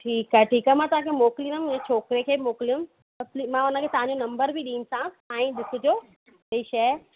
ठीकु आहे ठीकु आहे मां तव्हांखे मोकिलिंदमि मुंहिंजे छोकिरे खे मोकिलियो मां उनखे तव्हांजो नंबर बि ॾिन सां ऐं ॾिसजो पंहिंजी शइ